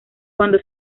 cuando